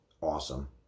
Awesome